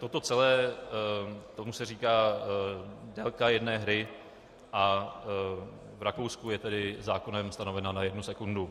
Toto celé, tomu se říká délka jedné hry a v Rakousku je tedy zákonem stanovena na jednu sekundu.